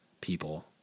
people